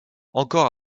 encore